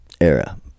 era